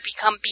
become